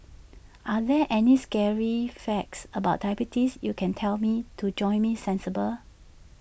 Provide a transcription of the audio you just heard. are there any scary facts about diabetes you can tell me to jolt me sensible